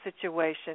situation